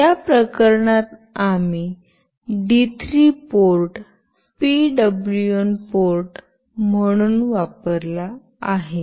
या प्रकरणात आम्ही डी 3 पोर्ट पीडब्लूएम पोर्ट म्हणून वापरला आहे